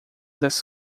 das